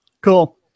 Cool